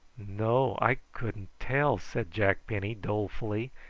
no, i couldn't tell, said jack penny dolefully,